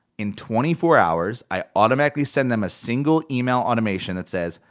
in twenty four hours, i automatically send them a single email automation that says,